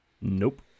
Nope